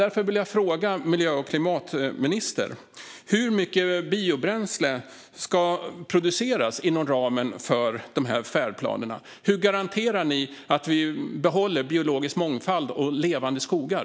Därför vill jag fråga miljö och klimatministern hur mycket biobränsle som ska produceras inom ramen för färdplanerna. Hur garanterar ni att vi behåller biologisk mångfald och levande skogar?